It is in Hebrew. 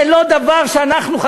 זה לא דבר שאנחנו,